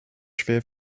schwer